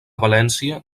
valència